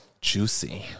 Juicy